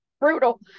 brutal